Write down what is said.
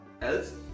Else